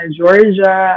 Georgia